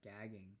gagging